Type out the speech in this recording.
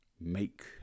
make